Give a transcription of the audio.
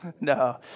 No